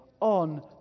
on